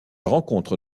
rencontre